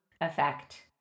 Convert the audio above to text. effect